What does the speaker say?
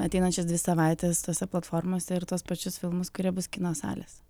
ateinančias dvi savaites tose platformose ir tuos pačius filmus kurie bus kino salėse